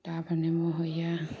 टाब नेबो होइए